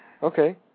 Okay